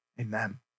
Amen